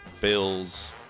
Bills